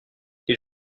les